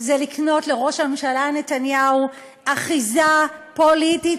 היא לקנות לראש הממשלה נתניהו אחיזה פוליטית